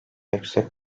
yüksek